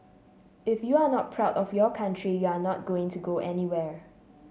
if you are not proud of your country you are not going to go anywhere